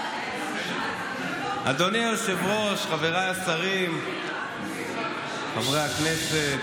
אדוני היושב-ראש, חבריי השרים, חברי הכנסת,